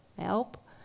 help